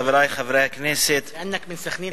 חברי חברי הכנסת (אומר בשפה הערבית: אתה מסח'נין.